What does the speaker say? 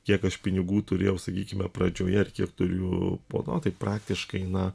kiek aš pinigų turėjau sakykime pradžioje ir kiek turiu po to tai praktiškai na